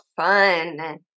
fun